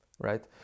right